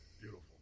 beautiful